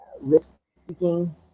risk-seeking